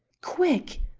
quick!